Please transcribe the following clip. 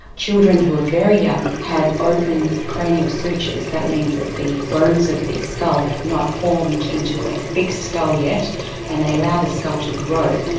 children who are very young have open cranial sutures, that means that the bones of the skull have not formed into a thick skull yet and they allow the skull to grow.